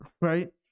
right